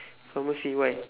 pharmacy why